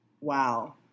Wow